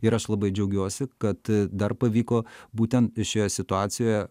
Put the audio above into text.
ir aš labai džiaugiuosi kad dar pavyko būtent šioje situacijoje